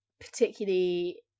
particularly